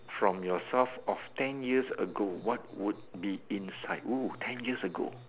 from yourself of ten years ago what would be inside oo ten years ago